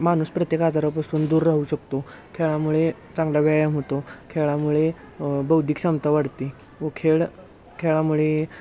माणूस प्रत्येक आजारापासून दूर राहू शकतो खेळामुळे चांगला व्यायाम होतो खेळामुळे बौद्धिक क्षमता वाढते व खेळ खेळामुळे